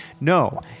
No